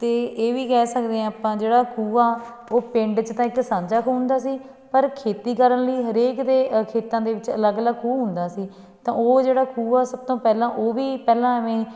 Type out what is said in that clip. ਅਤੇ ਇਹ ਵੀ ਕਹਿ ਸਕਦੇ ਹਾਂ ਆਪਾਂ ਜਿਹੜਾ ਖੂਹ ਆ ਉਹ ਪਿੰਡ 'ਚ ਤਾਂ ਇੱਕ ਸਾਂਝਾ ਖੂਹ ਹੁੰਦਾ ਸੀ ਪਰ ਖੇਤੀ ਕਰਨ ਲਈ ਹਰੇਕ ਦੇ ਅ ਖੇਤਾਂ ਦੇ ਵਿੱਚ ਅਲੱਗ ਅਲੱਗ ਖੂਹ ਹੁੰਦਾ ਸੀ ਤਾਂ ਉਹ ਜਿਹੜਾ ਖੂਹ ਆ ਸਭ ਤੋਂ ਪਹਿਲਾਂ ਉਹ ਵੀ ਪਹਿਲਾਂ ਇਵੇਂ